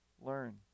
learn